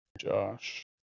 Josh